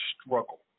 struggle